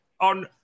on